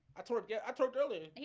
i sort of yeah i totally